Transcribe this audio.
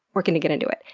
we're gonna get into it.